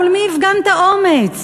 מול מי הפגנת אומץ?